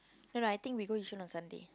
no no I think we go Yishun on Sunday